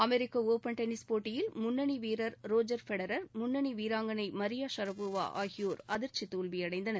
அமெரிக்க open tennis போட்டியில் முன்னணி வீரர் ரோஜர் பெடரர் முன்னணி வீராங்கனை மரியா ஷரபோவா ஆகியோர் அதிர்ச்சி தோல்வியடைந்தனர்